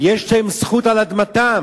יש להם זכות על אדמתם.